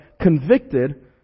convicted